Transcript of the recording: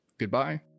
goodbye